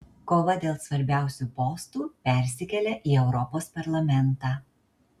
kova dėl svarbiausių postų persikelia į europos parlamentą